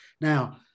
now